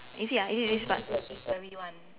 is it ah is it this part